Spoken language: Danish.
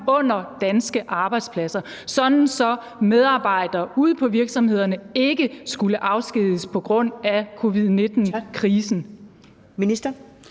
under danske arbejdspladser, sådan at medarbejdere ude på virksomhederne ikke skulle afskediges på grund af covid-19-krisen.